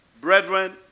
Brethren